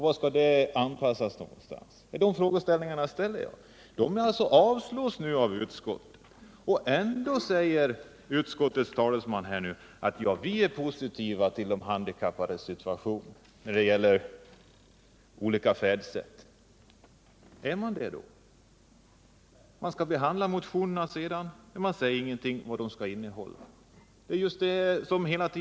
Våra förslag avstyrks av utskottet, men ändå säger utskottets talesman att utskottet är positivt till de handikappade och vill underlätta deras färdsätt. Är man verkligen det?